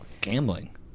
Gambling